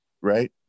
Right